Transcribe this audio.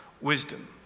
wisdom